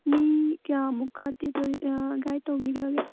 ꯃꯤ ꯀꯌꯥꯃꯨꯛꯀꯗꯤ ꯒꯥꯏꯗ ꯇꯧꯕꯤꯈ꯭ꯔꯒꯦ